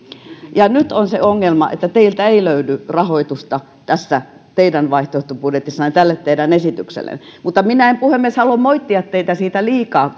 ja nyt on se ongelma että teiltä ei löydy rahoitusta tässä teidän vaihtoehtobudjetissanne tälle teidän esityksellenne mutta minä en puhemies halua moittia teitä siitä liikaa